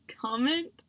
comment